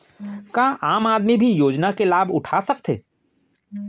का आम आदमी भी योजना के लाभ उठा सकथे?